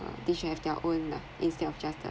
they should have their own lah instead of just the